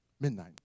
Midnight